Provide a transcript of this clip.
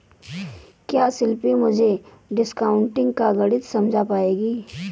क्या शिल्पी मुझे डिस्काउंटिंग का गणित समझा पाएगी?